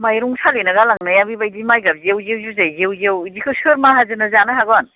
माइरं सालिना गालांनाया बेबायदि माइगाब जेव जेव जुजाइ जेव जेव बिदिखौ सोर माहाजोन जानो हागोन